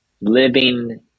living